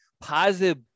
positive